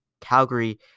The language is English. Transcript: Calgary